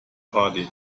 party